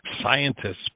scientists